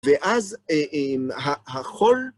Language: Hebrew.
ואז החול